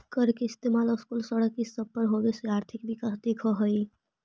कर के इस्तेमाल स्कूल, सड़क ई सब पर होबे से आर्थिक विकास दिख हई